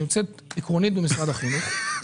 שנמצאת עקרונית במשרד החינוך,